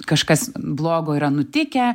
kažkas blogo yra nutikę